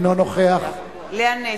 אינו נוכח לאה נס,